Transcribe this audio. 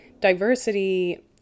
diversity